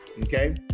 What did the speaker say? okay